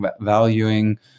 valuing